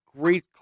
Great